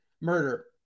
murder